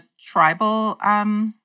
tribal